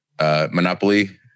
Monopoly